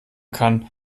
kann